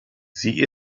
sie